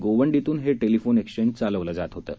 गोवंडीतून हे telephone exchange चालवलं जात होतं